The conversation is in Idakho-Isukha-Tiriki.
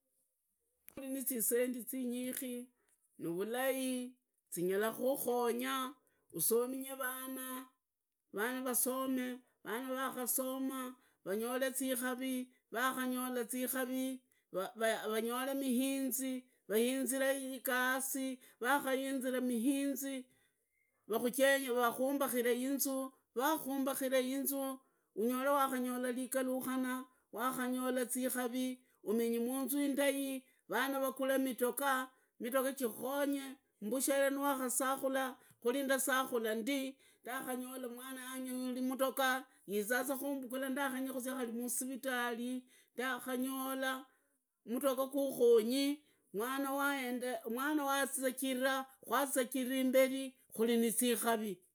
Navi nizisendi zinyikhi nivulai zinyarakukhonga, usominge rana, rana rasome vanarakasoma, vanyore zikuri, vakanyora zikari, vanyore mihinzi, vahinzire igasi, vakuinzira mihinzi, vakuhumbakire inzu, vakakumbakra inzu, unyore ligalukana, wakanyora zikavi, umenyi munzu indai, rana ragule midoga, midogo chikukonye, mbushere mwakasakura kari ndasakura ndi, ndakunyora mwana wanje unyoli mudokaizaaza kumbukula khari nindenga kuzia musivitali ndakangola mudoga gukhongi mwanawa, mwanawa kwazizagira imberi kuri nizikari.